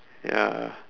ya